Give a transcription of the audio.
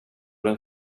den